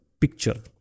picture